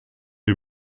den